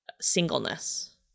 singleness